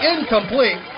Incomplete